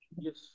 Yes